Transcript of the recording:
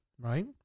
Right